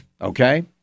Okay